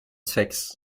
sex